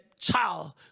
child